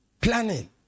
Planning